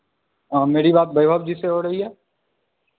मेरी बात वैभव जी से हो रही है